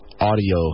audio